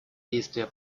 действия